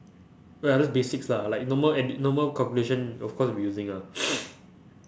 oh ya those basics lah like normal adding normal calculation of course we'll be using ah